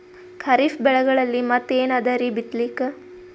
ಖರೀಫ್ ಬೆಳೆಗಳಲ್ಲಿ ಮತ್ ಏನ್ ಅದರೀ ಬಿತ್ತಲಿಕ್?